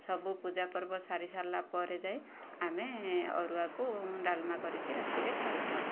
ସବୁ ପୂଜା ପର୍ବ ସାରି ସାରିଲା ପରେ ଯାଇ ଆମେ ଅରୁଆକୁ ଡାଲମା କରିକି ରାତିରେ ଖାଇଥାଉ